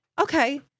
Okay